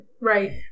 Right